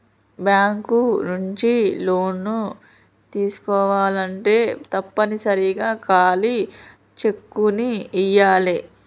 bank నుంచి లోన్లు తీసుకోవాలంటే తప్పనిసరిగా ఖాళీ చెక్కుని ఇయ్యాలే